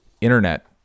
internet